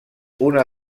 una